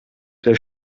der